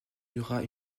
dura